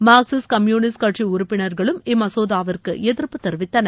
Marxist communist கட்சி உறுப்பினர்களும் இம்மசோதாவிற்கு எதிர்ப்பு தெரிவித்தனர்